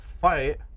fight